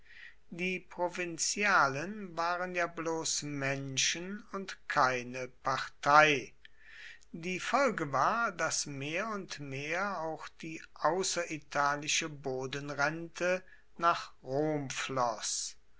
die provinzialen waren ja bloß menschen und keine partei die folge war daß mehr und mehr auch die außeritalische bodenrente nach rom floß